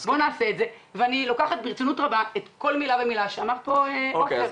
אני לוקחת ברצינות רבה כל מילה שאמר פה עופר.